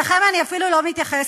אליכם אני אפילו לא מתייחסת,